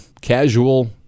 casual